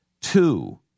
Two